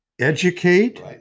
educate